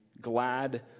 glad